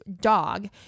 dog